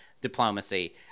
diplomacy